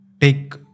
take